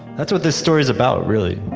that's what this story is about, really.